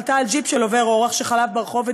עלתה על ג'יפ של עובר אורח שחלף ברחוב,